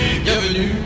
bienvenue